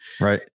Right